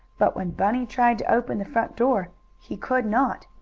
but when bunny tried to open the front door he could not.